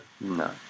no